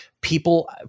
people